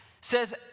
says